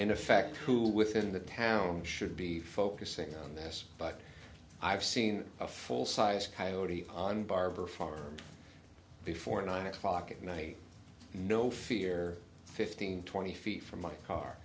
in effect who within the town should be focusing on this but i've seen a full size coyote on barber farm before nine o'clock at night no fear fifteen twenty feet from my car